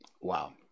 Wow